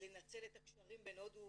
לנצל את הקשרים בין הודו